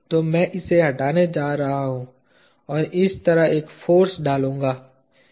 तो मैं इसे हटाने जा रहा हूं और इस तरह एक फाॅर्स डालूंगा